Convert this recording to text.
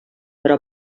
però